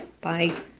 Bye